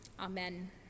Amen